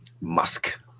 Musk